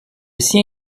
sien